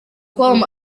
com